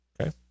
Okay